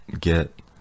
Get